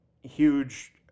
Huge